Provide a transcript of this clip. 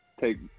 Take